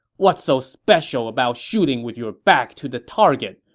what's so special about shooting with your back to the target!